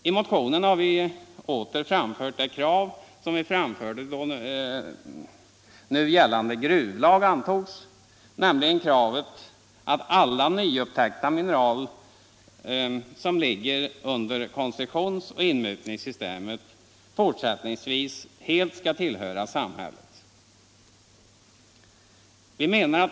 I motionen har vi åter framfört det krav som vi ställde då nu gällande gruvlag antogs, nämligen att alla nyupptäckta mineral som nu ligger under koncessionsoch inmutningssystemet fortsättningsvis helt skall tillhöra samhället.